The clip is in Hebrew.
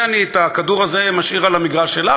את הכדור הזה אני משאיר על המגרש שלך,